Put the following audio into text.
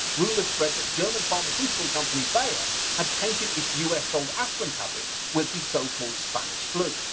rumors spread that german pharmaceutical company bayer, had tainted its u s. sold aspirin tablets, with the so-called spanish flu.